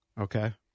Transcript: okay